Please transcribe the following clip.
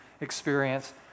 experience